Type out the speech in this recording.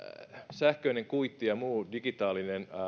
sähköinen kuitti ja muu digitaalisen